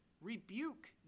Rebuke